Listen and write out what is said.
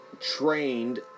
trained